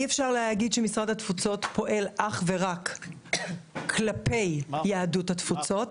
אי-אפשר להגיד שמשרד התפוצות פועל אך ורק כלפי יהדות התפוצות,